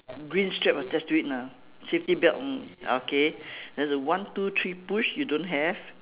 green strap attached to it ah safety belt mm okay then the one two three push you don't have